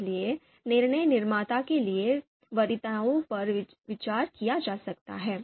इसलिए निर्णय निर्माता के लिए वरीयताओं पर विचार किया जा सकता है